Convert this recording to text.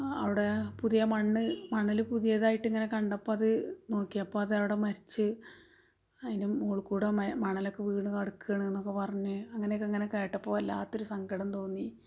അവടെ പുതിയ മണ്ണ് മണല് പുതിയതായിട്ടിങ്ങനെ കണ്ടപ്പോള് അത് നോക്കിയപ്പോള് അതവിടെ മരിച്ച് അതിൻ്റെ മൊൾക്കൂടെ മണലൊക്കെ വീണ് കെടക്കണ്ന്നക്കെ പറഞ്ഞ് അങ്ങനെയൊക്കെ ഇങ്ങനെ കേട്ടപ്പോള് വല്ലാത്ത ഒരു സങ്കടന്തോന്നി